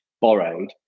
borrowed